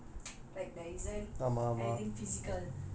இப்பெல்லாம்:ippellaam games வந்து:vanthu online ah இருக்கு:irukku